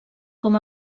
com